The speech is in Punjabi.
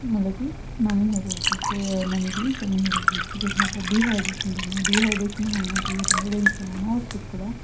ਮਤਲਬ ਕਿ ਨਮੀ ਹੋ ਜਾਵੇਗੀ ਅਤੇ ਨਮੀ ਦੀ ਕਮੀ ਹੋ ਜਾਵੇਗੀ ਜਿਸਨੂੰ ਆਪਾਂ ਡੀਹਾਈਡਰੇਸ਼ਨ ਕਹਿੰਦੇ ਹਾਂ ਡੀਹਾਈਡਰੇਸ਼ਨ ਹੋਣ ਨਾਲ ਕੀ ਹੁੰਦਾ ਜਿਹੜਾ ਇਨਸਾਨ ਆ ਉਹ ਸੁੱਕਦਾ